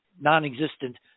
non-existent